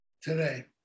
today